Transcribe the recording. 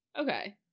okay